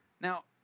Now